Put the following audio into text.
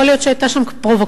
יכול להיות שהיתה שם פרובוקציה.